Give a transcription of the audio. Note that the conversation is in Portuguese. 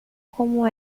como